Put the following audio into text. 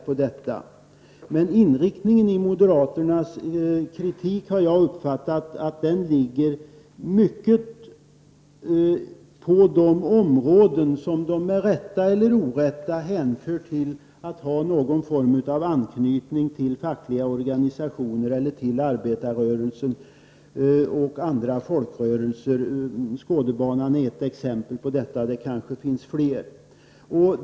Men jag har uppfattat det så att moderaternas kritik i mycket är inriktad på de områden som de, med rätt eller orätt, anser ha någon form av anknytning till fackliga organisationer, till arbetarrörelsen eller andra folkrörelser — Skådebanan är ett exempel på detta; det kanske finns fler.